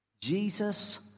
Jesus